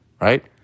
Right